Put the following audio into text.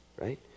right